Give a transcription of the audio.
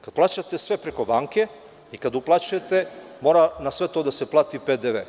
Kada plaćate sve preko banke i kada uplaćujete mora na sve to da se plati PDV.